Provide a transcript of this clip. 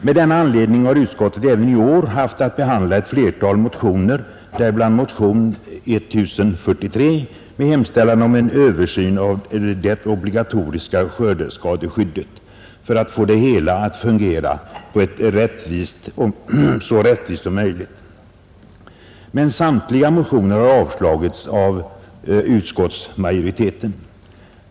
Av denna anledning har utskottet även i år haft att behandla ett flertal motioner, däribland motionen 1043 med hemställan om en översyn av det obligatoriska skördeskadeskyddet för att få det hela att fungera på ett så rättvist sätt som möjligt. Men samtliga motioner har avstyrkts av utskottsmajoriteten.